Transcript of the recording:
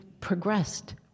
progressed